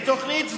היא תוכנית סדורה,